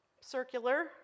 circular